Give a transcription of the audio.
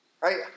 right